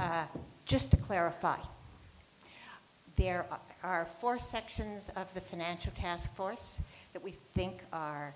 this just to clarify there are four sections of the financial taskforce that we think are